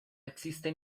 existe